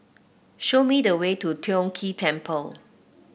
show me the way to Tiong Ghee Temple